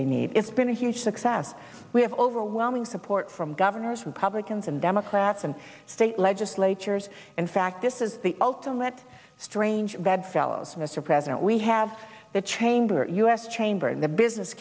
they need it's been a huge success we have overwhelming support from governors republicans and democrats and state legislatures in fact this is the ultimate strange bedfellows mr president we have the chamber us chamber and the business